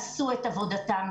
הם עשו את עבודתם.